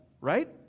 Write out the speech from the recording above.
right